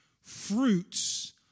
fruits